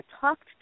talked